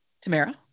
Tamara